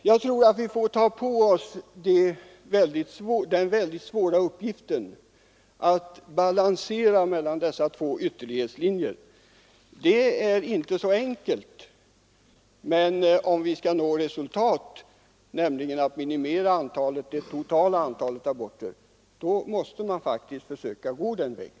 Jag tror att vi måste ta på oss den mycket svåra uppgiften att balansera mellan de två ytterlighetslinjerna. Det är en mycket svår sak, men om vi skall nå önskat resultat, alltså en minimering av det totala antalet aborter, så måste vi försöka gå den vägen!